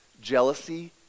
jealousy